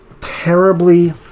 terribly